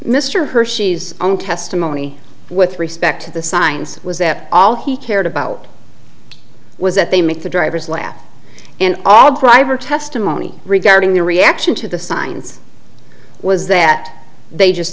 mr hershey's own testimony with respect to the signs was that all he cared about was that they make the drivers laugh and all driver testimony regarding their reaction to the signs was that they just